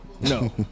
No